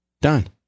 Done